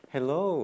Hello